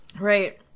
Right